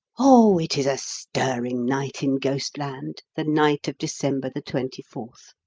oh, it is a stirring night in ghostland, the night of december the twenty-fourth!